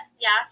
yes